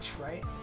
right